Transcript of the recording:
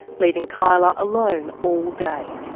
leaving kyla alone all day.